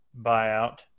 buyout